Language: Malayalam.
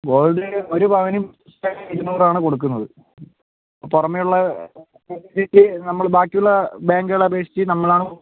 ഗോൾഡ് ഒരു പവന് ഇപ്പോൾ ഇരുന്നൂറാണ് കൊടുക്കുന്നത് പുറമെ ഉള്ളത് അപേക്ഷിച്ച് നമ്മള് ബാക്കിയുള്ള ബാങ്കുകൾ അപേക്ഷിച്ച് നമ്മളാണ്